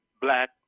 black